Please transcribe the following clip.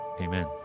Amen